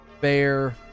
fair